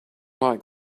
like